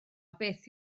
beth